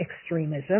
extremism